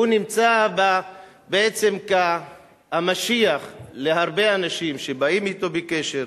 הוא נמצא בעצם כמשיח להרבה אנשים שבאים אתו בקשר,